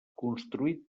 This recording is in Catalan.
construït